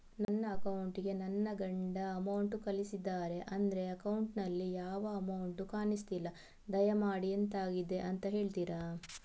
ನನ್ನ ಅಕೌಂಟ್ ಗೆ ನನ್ನ ಗಂಡ ಅಮೌಂಟ್ ಕಳ್ಸಿದ್ದಾರೆ ಆದ್ರೆ ಅಕೌಂಟ್ ನಲ್ಲಿ ಯಾವ ಅಮೌಂಟ್ ಕಾಣಿಸ್ತಿಲ್ಲ ದಯಮಾಡಿ ಎಂತಾಗಿದೆ ಅಂತ ಹೇಳ್ತೀರಾ?